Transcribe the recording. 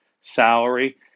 salary